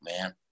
man